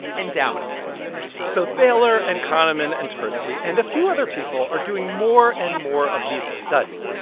endowment effect so thaler and kahneman and tversky and a few other people are doing more and more of these studies,